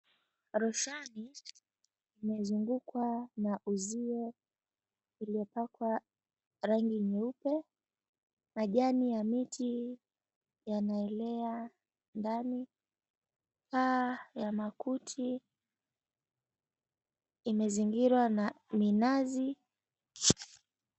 Rushani kumezungukwa na uzio uliopakwa rangi nyeupe, majani ya miti yanaelea ndani. Paa ya makuti imezingirwa na minazi.